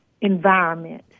environment